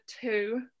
two